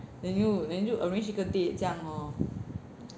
then 你就 then 你就 arrange 一个 date 这样 lor